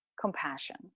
compassion